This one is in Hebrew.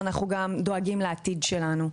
אנחנו גם דואגים לעתיד שלנו.